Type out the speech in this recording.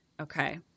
okay